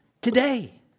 today